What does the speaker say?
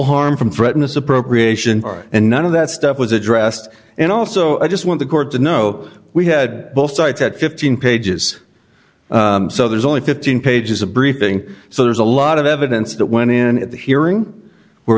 harm from threatened us appropriation and none of that stuff was addressed and also i just want the court to know we had both sides at fifteen pages so there's only fifteen pages a briefing so there's a lot of evidence that went in at the hearing where